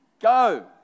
go